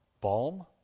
balm